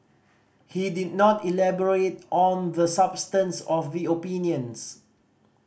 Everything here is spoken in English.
he did not elaborate on the substance of the opinions